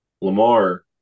Lamar